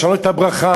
לשנות את הברכה,